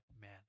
man